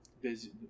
busy